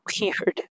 weird